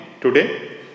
today